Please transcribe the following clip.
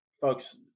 folks